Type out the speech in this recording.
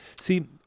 See